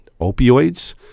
opioids